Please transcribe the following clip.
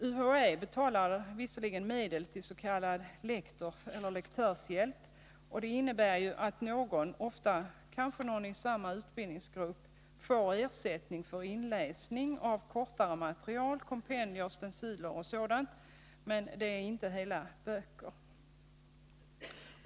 UHÄ utbetalar emellertid medel till s.k. lektörshjälp, vilket innebär att någon — oftast en studerande i någon utbildningsgrupp — får ersättning för inläsning av mindre omfattande material, dvs. kompendier, stenciler och sådant, dock inte hela böcker.